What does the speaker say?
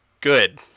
good